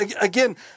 again